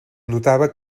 notava